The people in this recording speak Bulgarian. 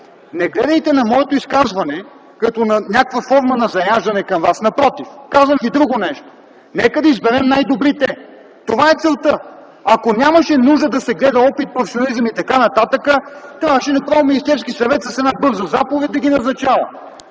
не гледайте на моето изказване като на някаква форма на заяждане към вас. Напротив. Казвам: нека да изберем най-добрите. Това е целта. Ако нямаше нужда да се гледа опит, професионализъм и т.н., трябваше направо Министерският съвет с една бърза заповед да ги назначава.